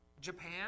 Japan